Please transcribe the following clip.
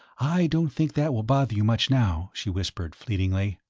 i don't think that will bother you much now, she whispered, fleetingly.